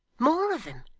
more of em!